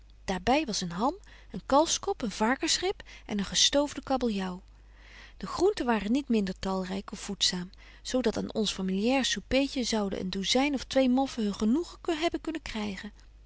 by was een ham een kalfskop een varkensrib en een gestoofde kabbeljaauw de groenten waren niet minder talryk of voedzaam zo dat aan ons familiair soupeetje zouden een douzyn of twee moffen hun genoegen hebben kunnen krygen